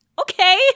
okay